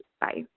Bye